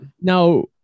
Now